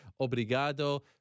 Obrigado